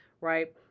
Right